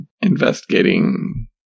investigating